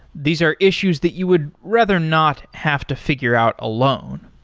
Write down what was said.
these are issues that you would rather not have to figure out alone.